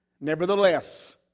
Nevertheless